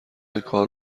کار